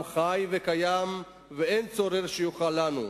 עם חי וקיים, ואין צורר שיוכל לנו.